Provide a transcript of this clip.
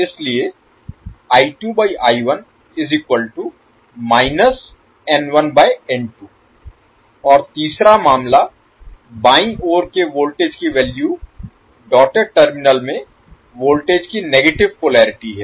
इसलिए और तीसरा मामला बाईं ओर के वोल्टेज की वैल्यू डॉटेड टर्मिनल में वोल्टेज की नेगेटिव पोलेरिटी है